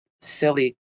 silly